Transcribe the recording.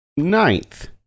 ninth